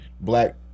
Black